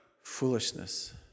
Foolishness